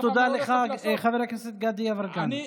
אז תודה לך, חבר הכנסת גדי יברקן.